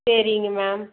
சரிங்க மேம்